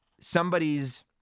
somebody's